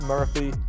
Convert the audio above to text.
Murphy